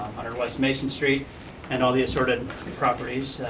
otherwise mason street and all the assorted properties,